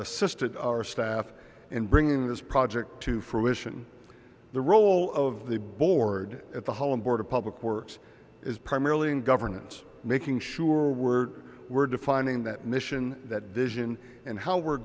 assisted our staff in bringing this project to fruition the role of the board at the holland board of public works is primarily in governance making sure we're we're defining that mission that vision and how we're